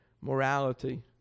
morality